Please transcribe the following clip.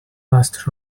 last